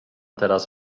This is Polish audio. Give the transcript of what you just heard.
teraz